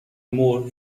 more